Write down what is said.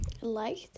liked